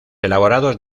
elaborados